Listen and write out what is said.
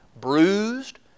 bruised